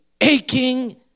aching